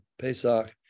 Pesach